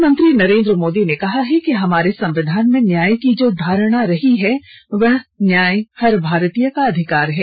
प्रधानमंत्री नरेन्द्र मोदी ने कहा है कि हमारे संविधान में न्याय की जो धारणा रही है वो न्याय हर भारतीय का अधिकार है